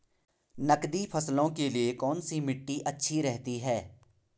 नकदी फसलों के लिए कौन सी मिट्टी अच्छी रहती है?